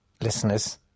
listeners